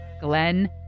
Glenn